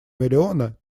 миллиона